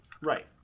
Right